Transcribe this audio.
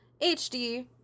HD